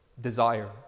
desire